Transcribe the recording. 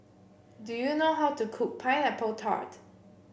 do you know how to cook Pineapple Tart